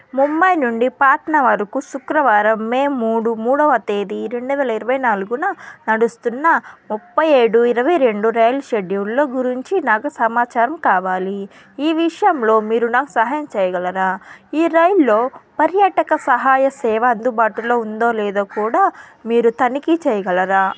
ముంబై నుండి పాట్నా వరుకు శుక్రవారం మే మూడు మూడవ తేదీ రెండు వేల ఇరవై నాలుగున నడుస్తున్న ముప్పై ఏడు ఇరవై రెండు రైళ్ళ షెడ్యూళ్ళ గురించి నాకు సమాచారం కావాలి ఈ విషయంలో మీరు నా సహాయం చేయగలరా ఈ రైళ్ళ పర్యాటక సహాయ సేవ అందుబాటులో ఉందో లేదో కూడా మీరు తనిఖీ చేయగలరా